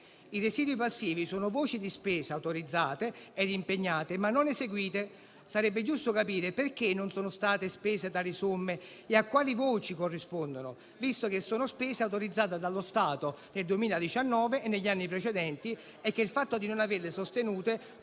I residui passivi sono voci di spesa autorizzate e impegnate, ma non eseguite. Sarebbe giusto capire perché non sono state spese tali somme e a quali voci corrispondono, visto che sono spese autorizzate dallo Stato nel 2019 e negli anni precedenti e il fatto di non averle sostenute